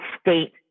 state